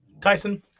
Tyson